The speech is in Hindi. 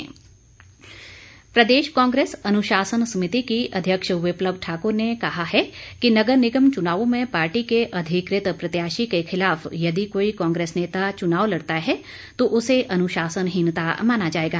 कांग्रेस प्रदेश कांग्रेस अनुशासन समिति की अध्यक्ष विप्लव ठाकुर ने कहा है कि नगर निगम चुनावों में पार्टी के अधिकृत प्रत्याशी के खिलाफ यदि कोई कांग्रेस नेता चुनाव लड़ता है तो उसे अनुशासनहीनता माना जाएगा